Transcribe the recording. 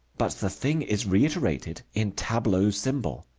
but the thing is reiterated in tableau-symbol.